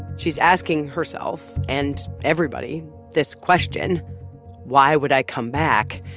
she's asking herself and everybody this question why would i come back?